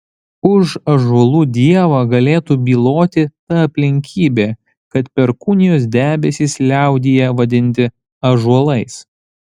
už ąžuolų dievą galėtų byloti ta aplinkybė kad perkūnijos debesys liaudyje vadinti ąžuolais